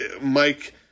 Mike